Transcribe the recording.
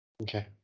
Okay